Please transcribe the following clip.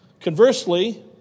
Conversely